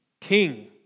King